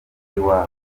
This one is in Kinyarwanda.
y’iwabo